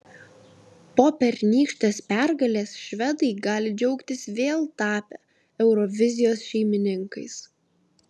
po pernykštės pergalės švedai gali džiaugtis vėl tapę eurovizijos šeimininkais